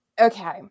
Okay